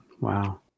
Wow